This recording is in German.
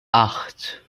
acht